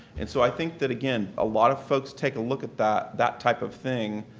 and so i think that, again, a lot of folks take a look at that that type of thing